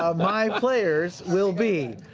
um my players will be